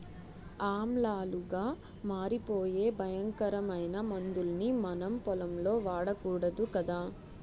ఆమ్లాలుగా మారిపోయే భయంకరమైన మందుల్ని మనం పొలంలో వాడకూడదు కదా